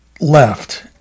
Left